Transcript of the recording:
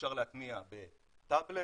שאפשר להטמיע בטאבלט,